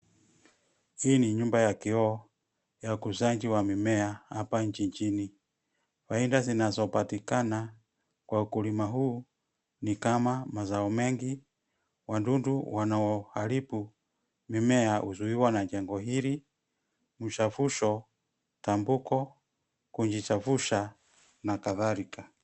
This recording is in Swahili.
Hii ni nyumba ya kioo ya ukuzaji wa mimea hapa jijini. Faida zinazopatikana kwa ukulima huu ni kama mazao mengi, wadudu wanaoharibu mimea huzuiwa na jengo hili msafusho tambuko kujichafusha na kadhalika.